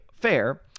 fair